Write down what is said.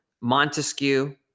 Montesquieu